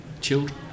Children